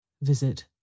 Visit